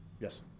Yes